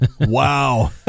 Wow